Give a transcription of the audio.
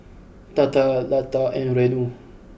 Tata Lata and Renu